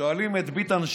שואלים את ביטן שאלה,